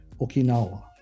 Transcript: Okinawa